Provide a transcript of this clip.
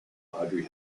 audrey